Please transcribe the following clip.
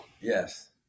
Yes